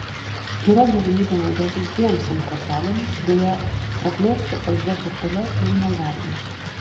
yra galimybė naudotis dviem sim kortelėmis deja praplėsti sd kortele jau negalima